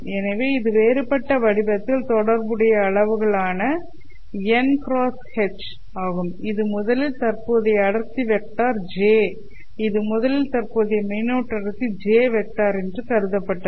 எனவே இது வேறுபட்ட வடிவத்தில் தொடர்புடைய அளவுகள் ஆன Ñ×H' ஆகும் இது முதலில் தற்போதைய அடர்த்தி வெக்டர் J ' இது முதலில் தற்போதைய மின்னோட்ட அடர்த்தி J' வெக்டர் என்று கருதப்பட்டது